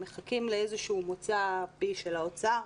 הם מחכים לאיזשהו מוצא פה של האוצר.